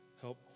Help